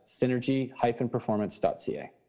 synergy-performance.ca